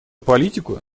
политику